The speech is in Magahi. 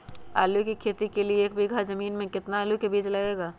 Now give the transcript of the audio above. आलू की खेती के लिए एक बीघा जमीन में कितना आलू का बीज लगेगा?